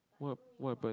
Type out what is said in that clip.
what what happen